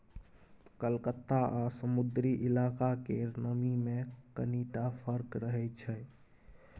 कलकत्ता आ समुद्री इलाका केर नमी मे कनिटा फर्क रहै छै